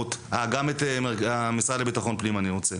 ולאלימות גם את המשרד לביטחון פנים אני רוצה